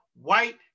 white